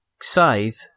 Scythe